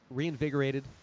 reinvigorated